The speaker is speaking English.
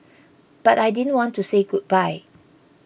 but I didn't want to say goodbye